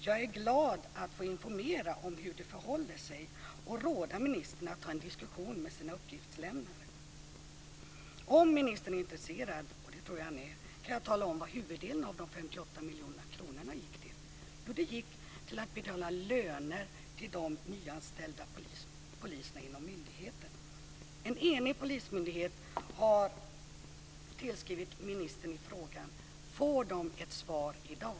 Jag är glad att få informera om hur det förhåller sig och råder ministern att ta en diskussion med sina uppgiftslämnare. Om ministern är intresserad, och det tror jag att han är, kan jag tala om vad huvuddelen av 58 miljoner kronorna gick till. Jo, de gick till att betala löner till de nyanställda poliserna inom myndigheten. En enig polismyndighet har tillskrivit ministern i frågan. Får de ett svar i dag?